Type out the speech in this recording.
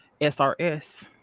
SRS